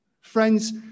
Friends